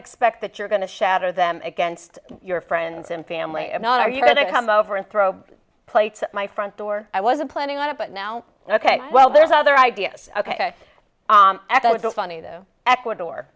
expect that you're going to shatter them against your friends and family and are you going to come over and throw plates my front door i wasn't planning on it but now ok well there's other ideas ok echoed the funny though ecuador